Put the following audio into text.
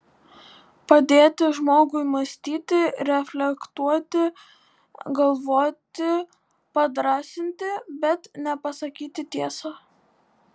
padėti žmogui mąstyti reflektuoti galvoti padrąsinti bet ne pasakyti tiesą